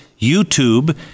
YouTube